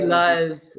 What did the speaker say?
lives